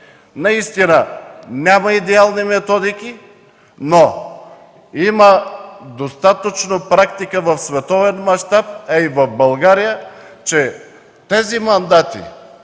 Наистина няма идеални методики, но има достатъчно практика в световен мащаб, а и в България, че мандатите,